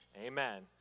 Amen